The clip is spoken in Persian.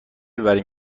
ببریم